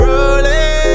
Rolling